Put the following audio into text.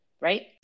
right